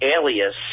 alias